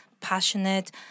passionate